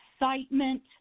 excitement